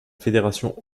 fédération